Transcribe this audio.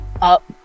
up